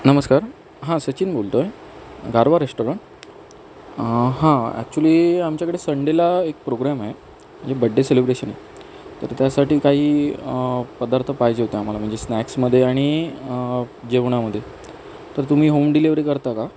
नमस्कार हां सचिन बोलतो आहे गारवा रेस्टॉरंट हां ॲक्चुअली आमच्याकडे संडेला एक प्रोग्राम आहे म्हणजे बड्डे सेलिब्रेशन आहे तर त्यासाठी काही पदार्थ पाहिजे होते आम्हाला म्हणजे स्नॅक्समध्ये आणि जेवणामध्ये तर तुम्ही होम डिलेवरी करता का